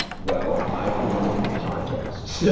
well, i for one am into podcasts, yeah